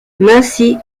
mercy